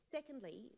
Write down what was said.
Secondly